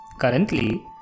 Currently